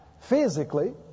Physically